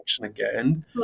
again